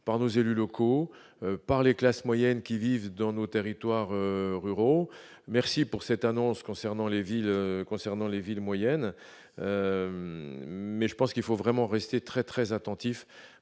par nos élus locaux par les classes moyennes qui vivent dans nos territoires ruraux, merci pour cette annonce concernant les villes concernant les villes moyennes, mais je pense qu'il faut vraiment rester très très attentif